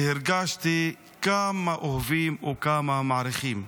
שהרגשתי כמה אוהבים וכמה מעריכים.